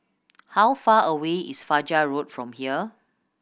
how far away is Fajar Road from here